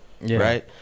right